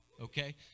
okay